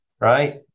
right